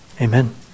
Amen